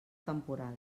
temporal